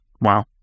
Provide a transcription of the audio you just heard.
Wow